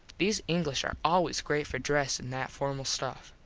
these english are always great for dress an that formal stuff.